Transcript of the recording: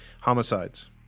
homicides